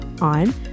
on